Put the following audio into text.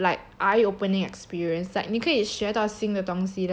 eye opening experience like 你可以学到新的东西 lik~ and like